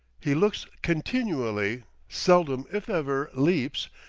he looks continually, seldom, if ever, leaps,